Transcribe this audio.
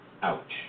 Ouch